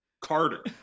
Carter